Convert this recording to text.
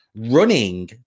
running